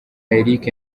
eric